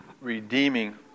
redeeming